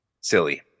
silly